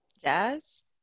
Jazz